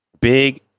Big